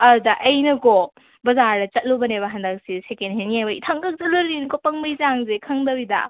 ꯑꯗꯨꯗ ꯑꯩꯅ ꯀꯣ ꯕꯖꯥꯔꯗ ꯆꯠꯂꯨꯕꯅꯦꯕ ꯍꯟꯗꯛꯁꯦ ꯁꯦꯀꯦꯟ ꯍꯦꯟ ꯌꯦꯡꯕ ꯏꯊꯟꯈꯛ ꯆꯠꯂꯨꯔꯤꯅꯤꯀꯣ ꯄꯪꯕꯒꯤ ꯆꯥꯡꯁꯦ ꯈꯪꯗꯕꯤꯗ